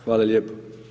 Hvala lijepo.